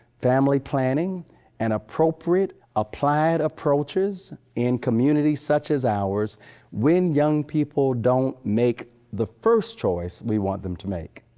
family planning and appropriate, applied approaches in communities such as ours when young people don't make the first choice we want them to make.